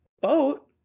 boat